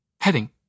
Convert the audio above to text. Heading